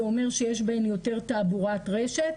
זה אומר שיש בהן יותר תעבורת רשת.